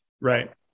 Right